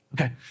Okay